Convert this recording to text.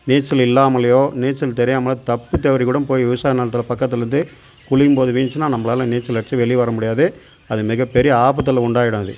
நீச்சல் இல்லாமலேயோ நீச்சல் தெரியாமல் தப்பி தவறி கூட போய் விவசாய நிலத்துல பக்கத்தில் வந்து குளிக்கும்போது விழுந்துச்சின்னால் நம்மளால நீச்சல் அடித்து வெளியே வரமுடியாது அது மிகப் பெரிய ஆபத்தில் உண்டாயிடும் அது